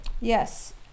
Yes